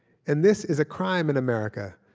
and this is a crime in america,